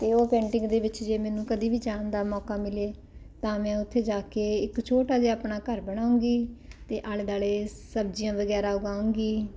ਅਤੇ ਉਹ ਪੇਂਟਿੰਗ ਦੇ ਵਿੱਚ ਜੇ ਮੈਨੂੰ ਕਦੀ ਵੀ ਜਾਣ ਦਾ ਮੌਕਾ ਮਿਲੇ ਤਾਂ ਮੈਂ ਉੱਥੇ ਜਾ ਕੇ ਇੱਕ ਛੋਟਾ ਜਿਹਾ ਆਪਣਾ ਘਰ ਬਣਾਉਗੀ ਅਤੇ ਆਲੇ ਦੁਆਲੇ ਸਬਜ਼ੀਆਂ ਵਗੈਰਾ ਉਗਾਉਂਗੀ